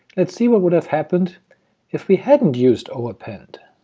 let's see what would have happened if we hadn't used o append.